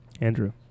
Andrew